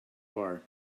bar